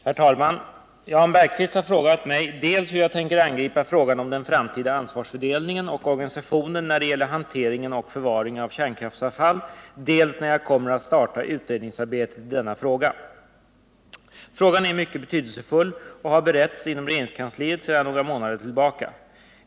Herr talman! Jan Bergqvist har frågat mig dels hur jag tänker angripa frågan om den framtida ansvarsfördelningen och organisationen när det gäller hantering och förvaring av kärnkraftsavfall, dels när jag kommer att starta utredningsarbetet i denna fråga. Frågan är mycket betydelsefull och har beretts inom regeringskansliet sedan några månader tillbaka.